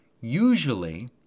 usually